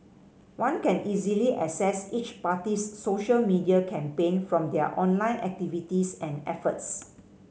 one can easily assess each party's social media campaign from their online activities and efforts